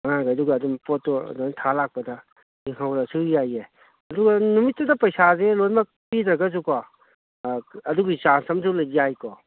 ꯑꯉꯥꯡꯉꯩꯗꯨꯒ ꯑꯗꯨꯝ ꯄꯣꯠꯇꯨ ꯂꯣꯏ ꯊꯥ ꯂꯥꯛꯄꯗ ꯌꯦꯡꯍꯧꯔꯁꯨ ꯌꯥꯏꯌꯦ ꯑꯗꯨꯒ ꯅꯨꯃꯤꯠꯇꯨꯗ ꯄꯩꯁꯥꯁꯦ ꯂꯣꯏꯃꯛ ꯄꯤꯗ꯭ꯔꯒꯁꯨꯀꯣ ꯑꯗꯨꯒꯤ ꯆꯥꯔꯖ ꯑꯝꯁꯨ ꯌꯥꯏꯀꯣ